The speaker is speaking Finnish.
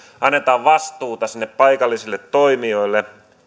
annetaan vastuuta sinne paikallisille toimijoille